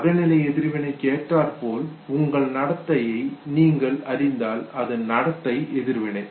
அகநிலை எதிர்வினைக்கு ஏற்றாற்போல் உங்கள் நடத்தையை நீங்கள் அறிந்தால் அது நடத்தை எதிர்வினை